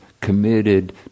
committed